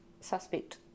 Suspect